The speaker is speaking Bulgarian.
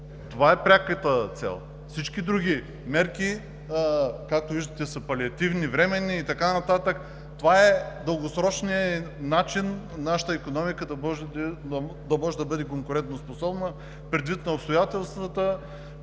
Това е пряката цел. Всички други мерки, както виждате, са палиативни, временни и така нататък. Това е дългосрочният начин нашата икономика да може да бъде конкурентоспособна, предвид обстоятелствата,